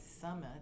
summit